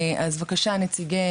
אז, בבקשה, נציגי